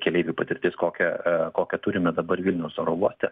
keleivių patirtis kokią kokią turime dabar vilniaus oro uoste